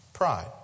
pride